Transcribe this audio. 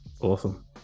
Awesome